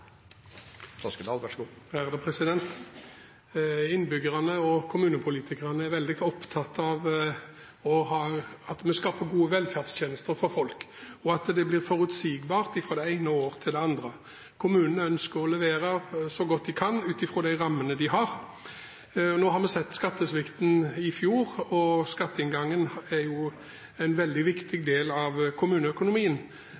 Innbyggerne og kommunepolitikerne er veldig opptatt av at vi skaper gode velferdstjenester for folk, og at det blir forutsigbart fra det ene året til det andre. Kommunene ønsker å levere så godt de kan ut fra de rammene de har. Nå har vi sett skattesvikten i fjor, og skatteinngangen er jo en veldig viktig del av kommuneøkonomien,